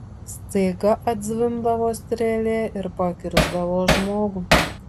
staiga atzvimbdavo strėlė ir pakirsdavo žmogų